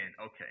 okay